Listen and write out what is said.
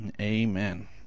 Amen